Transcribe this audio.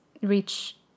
reach